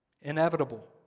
inevitable